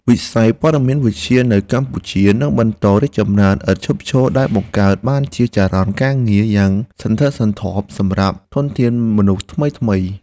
វិស័យព័ត៌មានវិទ្យានៅកម្ពុជានឹងបន្តរីកចម្រើនឥតឈប់ឈរដែលបង្កើតបានជាចរន្តការងារយ៉ាងសន្ធឹកសន្ធាប់សម្រាប់ធនធានមនុស្សថ្មីៗ។